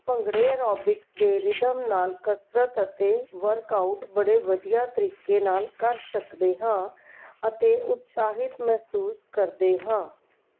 ਭੰਗੜੇ ਐਰੋਬਿਕਸ ਦੇ ਰਿਦਮ ਨਾਲ ਕਸਰਤ ਅਤੇ ਵਰਕ ਆਊਟ ਬੜੇ ਵਧੀਆ ਤਰੀਕੇ ਨਾਲ ਕਰ ਸਕਦੇ ਹਾਂ ਅਤੇ ਉਤਸ਼ਾਹਿਤ ਮਹਿਸੂਸ ਕਰਦੇ ਹਾਂ